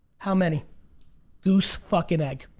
how many goose fucking egg,